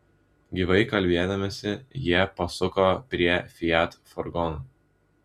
gyvai kalbėdamiesi jie pasuko prie fiat furgono